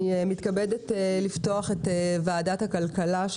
אני מתכבדת לפתוח את ישיבת וועדת הכלכלה.